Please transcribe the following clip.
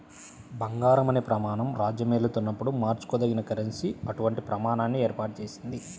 బంగారం అనే ప్రమాణం రాజ్యమేలుతున్నప్పుడు మార్చుకోదగిన కరెన్సీ అటువంటి ప్రమాణాన్ని ఏర్పాటు చేసింది